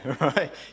right